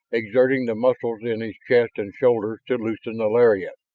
exerting the muscles in his chest and shoulders to loosen the lariat.